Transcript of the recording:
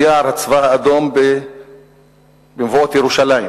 ביער הצבא האדום במבואות ירושלים